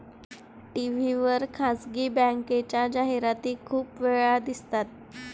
TV वर खासगी बँकेच्या जाहिराती खूप वेळा दिसतात